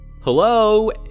Hello